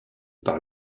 par